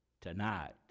tonight